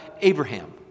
Abraham